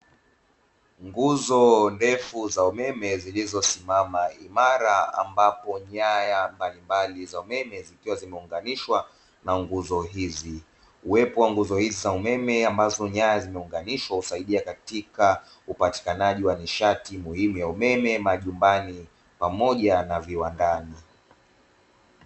Nguzo ndefu za umeme zilizosimama imara ambazo nyaya mbalimbali za umeme zikiwa zimeunganishwa na nguzo hizi, uwepo wa nguzo hizi za umeme ambazo nyaya zimeunganishwa husaidia katika upatikanaji wa nishati muhimu ya umeme majumbani pamoja na viwandani.